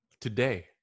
Today